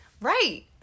Right